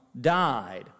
died